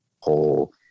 whole